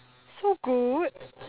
so good